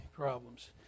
Problems